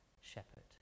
shepherd